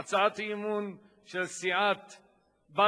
הצעת אי-אמון של סיעות בל"ד,